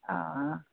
অঁ অঁ